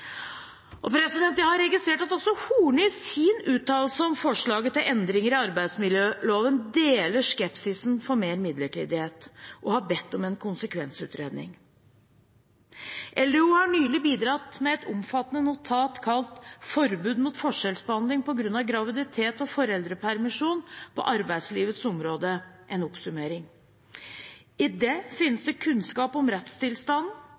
Jeg har registrert at også Horne i sin uttalelse om forslaget til endringer i arbeidsmiljøloven deler skepsisen for mer midlertidighet og har bedt om en konsekvensutredning. LDO har nylig bidratt med et omfattende notat kalt «Forbudet mot forskjellsbehandling pga. graviditet og foreldrepermisjon på arbeidslivets område – en oppsummering». I det finnes det kunnskap om rettstilstanden,